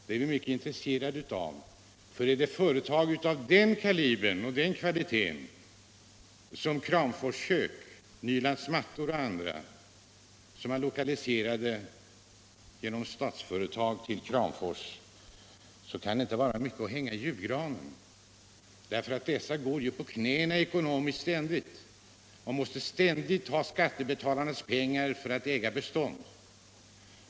Det är vi mycket intresserade av, för är det fråga om företag av samma kaliber som Kramforskök, Nylands Mattfabrik och andra som genom Statsföretag lokaliserades till Kramfors, så kan det inte vara mycket att hänga i julgranen. Ekonomiskt går ju dessa på knäna och måste ständigt ha skattebetalarnas pengar för att kunna äga bestånd.